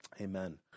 Amen